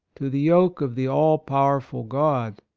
to the yoke of the all-power ful god,